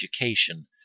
education